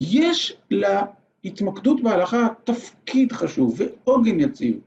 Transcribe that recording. ‫יש להתמקדות בהלכה ‫תפקיד חשוב ועוגן יציב.